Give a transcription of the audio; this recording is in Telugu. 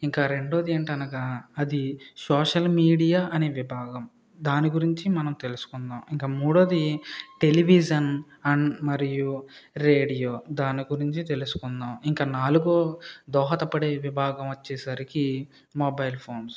ఇంకా రెండవది ఏంటి అనగా అది సోషల్ మీడియా అనే విభాగం దాని గురించి మనం తెలుసుకుందాం ఇక మూడవది టెలివిజన్ అండ్ మరియు రేడియో దాని గురించి తెలుసుకుందాం ఇక నాలుగు దోహదపడే విభాగం వచ్చేసరికి మొబైల్ ఫోన్స్